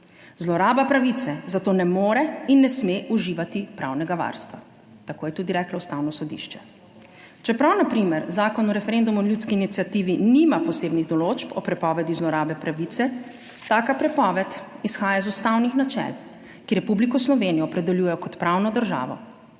Zloraba pravice zato ne more in ne sme uživati pravnega varstva, tako je tudi reklo Ustavno sodišče. Čeprav na primer Zakon o referendumu in ljudski iniciativi nima posebnih določb o prepovedi zlorabe pravice, taka prepoved izhaja iz ustavnih načel, ki Republiko Slovenijo opredeljujejo kot pravno državo.